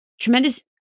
tremendous